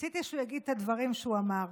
רציתי שהוא יגיד את הדברים שהוא אמר.